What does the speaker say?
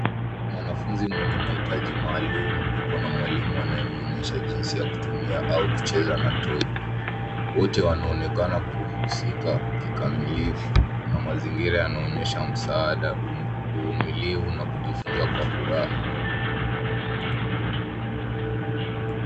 Mwanafunzi mwenye mahitaji maalum yuko na mwalimu anayemwonyesha jinsi ya kutumia au kucheza na toy . Wote wanaonekana kuhusika kikamilifu na mazingira yanaonyesha msaada, uvumilivu na kujifunza kwa furaha.